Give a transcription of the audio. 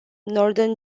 northern